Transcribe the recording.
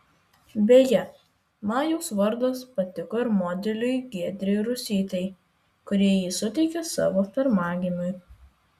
beje majaus vardas patiko ir modeliui giedrei rusytei kuri jį suteikė savo pirmagimiui